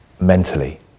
mentally